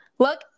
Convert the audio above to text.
Look